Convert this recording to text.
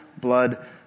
blood